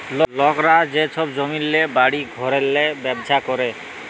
লকরা যে ছব জমিল্লে, বাড়ি ঘরেল্লে ব্যবছা ক্যরে